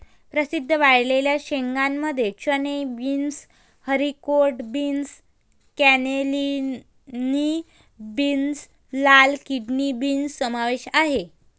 प्रसिद्ध वाळलेल्या शेंगांमध्ये चणे, beans, haricot beans, cannellini beans, लाल किडनी बीन्स समावेश आहे